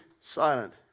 silent